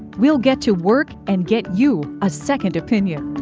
we'll get to work and get you a second opinion.